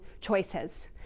choices